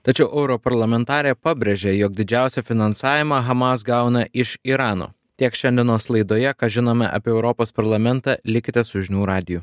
tačiau europarlamentarė pabrėžė jog didžiausią finansavimą hamas gauna iš irano tiek šiandienos laidoje ką žinome apie europos parlamentą likite su žinių radiju